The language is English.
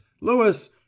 Lewis